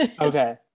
Okay